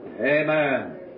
Amen